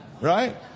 Right